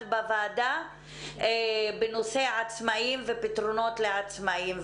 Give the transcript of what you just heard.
בוועדה בנושא עצמאים ופתרונות לעצמאים,